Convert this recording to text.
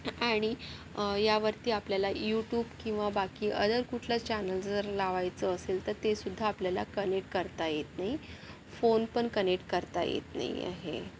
आणि यावरती आपल्याला यूट्यूब किंवा बाकी अदर कुठलं चॅनल जर लावायचं असेल तर तेसुद्धा आपल्याला कनेक्ट करता येत नाही फोन पण कनेक्ट करता येत नाही आहे